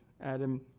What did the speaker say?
Adam